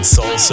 Soul